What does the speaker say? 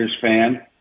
fan